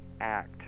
act